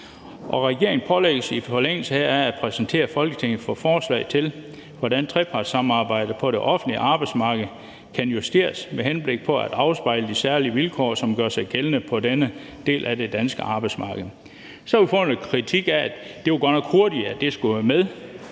regeringen pålægges i forlængelse heraf at præsentere Folketinget for forslag til, hvordan trepartssamarbejdet på det offentlige arbejdsmarked kan justeres, med henblik på at afspejle de særlige vilkår, som gør sig gældende på denne del af det danske arbejdsmarked. Kl. 10:29 Vi har så fået noget kritik af, at det godt nok var hurtigt, det skulle være med